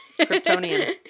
Kryptonian